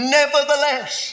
nevertheless